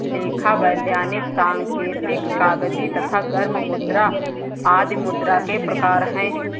लेखा, वैधानिक, सांकेतिक, कागजी तथा गर्म मुद्रा आदि मुद्रा के प्रकार हैं